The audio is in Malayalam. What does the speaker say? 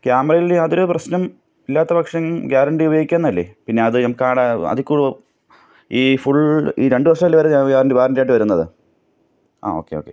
കാമറയിൽ യാതൊരു പ്രശ്നം ഇല്ലാത്ത പക്ഷം ഗ്യാരൻറ്റി ഉപയോഗിക്കാവുന്നതല്ലേ പിന്നെ അതു നമുക്കാഡ് അതിക്കൂ ഈ ഫുൾ ഈ രണ്ടു വർഷമല്ലെ അവർ ഗ്യാറൻറ്റി വാറൻറ്റിയായിട്ട് തരുന്നത് ആ ഓക്കെ ഓക്കെ